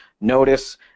notice